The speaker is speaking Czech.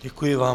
Děkuji vám.